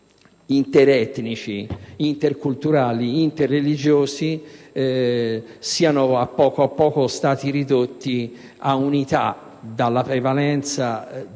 interetnici, interculturali, interreligiosi siano a poco a poco stati ridotti a unità dalla prevalenza